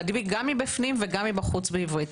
להדביק מבפנים וגם מבחוץ בעברית.